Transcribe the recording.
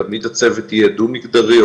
תמיד הצוות יהיה דו מגדרי,